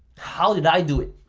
how did i do it?